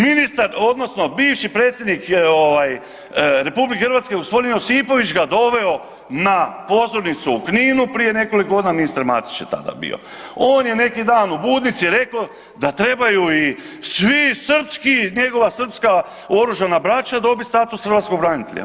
Ministar odnosno bivši predsjednik ovaj RH g. Josipović ga doveo na pozornicu u Kninu prije nekoliko godina, ministar Matić je tada bio, on je neki dan u „Budnici“ reko da trebaju i svi srpski, njegova srpska oružana braća dobit status hrvatskog branitelja.